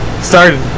started